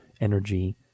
energy